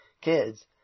kids